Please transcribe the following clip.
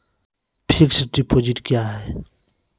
Fixed deposit क्या हैं?